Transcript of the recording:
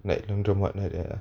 like laundromat like that